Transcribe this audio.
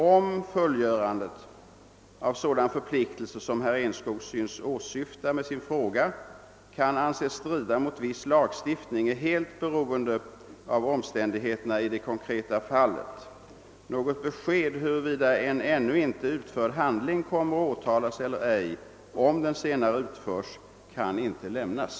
Om fullgörandet av sådan förpliktelse som herr Enskog synes åsyfta med sin fråga kan anses strida mot viss lagstiftning är helt beroende av omständigheterna i det konkreta fallet. Något besked huruvida en ännu inte utförd handling kommer att åtalas eller ej, om den senare utförs, kan inte lämnas.